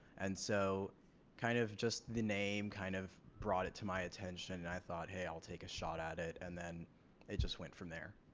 and so kind of just the name kind of brought it to my attention and i thought hey i'll take a shot at it. and then it just went from there.